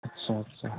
अच्छा अच्छा